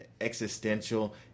existential